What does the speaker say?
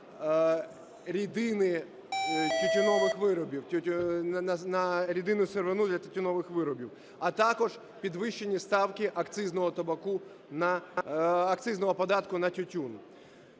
на рідинну сировину для тютюнових виробів, а також підвищені ставки акцизного податку на тютюн.